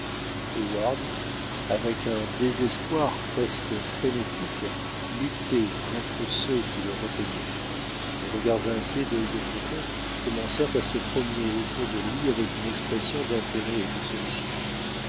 heyward avec un désespoir presque frénétique luttait contre ceux qui le retenaient les regards inquiets dœilde faucon commencèrent à se promener autour de lui avec une expression d'intérêt et de sollicitude